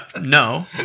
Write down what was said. no